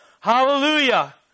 Hallelujah